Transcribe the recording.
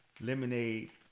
lemonade